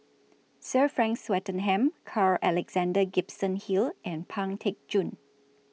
Sir Frank Swettenham Carl Alexander Gibson Hill and Pang Teck Joon